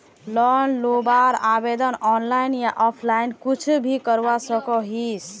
Loan लुबार आवेदन online या ऑफलाइन कुछ भी करवा सकोहो ही?